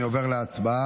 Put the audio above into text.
אני עובר להצבעה.